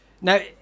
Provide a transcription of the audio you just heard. Now